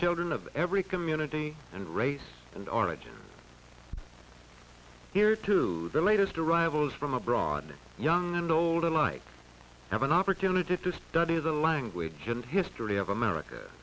children of every community and race and origin here to the latest arrivals from abroad the young and old alike have an opportunity to study the language and history of america